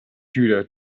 judah